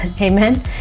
amen